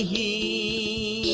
e